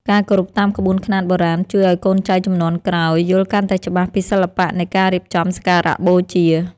ការគោរពតាមក្បួនខ្នាតបុរាណជួយឱ្យកូនចៅជំនាន់ក្រោយយល់កាន់តែច្បាស់ពីសិល្បៈនៃការរៀបចំសក្ការបូជា។